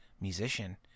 musician